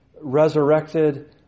resurrected